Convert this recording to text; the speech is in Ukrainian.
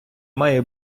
має